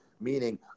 meaning